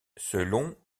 selon